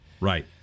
Right